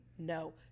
No